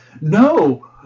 No